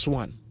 one